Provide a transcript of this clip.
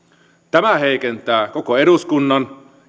tämä heikentää koko eduskunnan